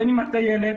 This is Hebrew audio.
בין אתה ילד,